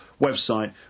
website